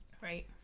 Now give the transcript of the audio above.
Right